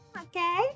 okay